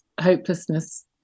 hopelessness